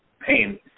pain